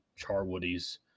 charwoodies